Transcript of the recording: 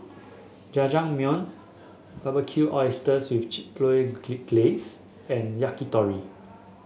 Jajangmyeon Barbecued Oysters with Chipotle Glaze and Yakitori